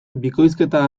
bikoizketa